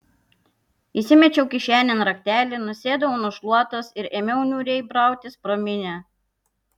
įsimečiau kišenėn raktelį nusėdau nu šluotos ir ėmiau niūriai brautis pro minią